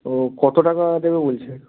ও কত টাকা দেবে বলছে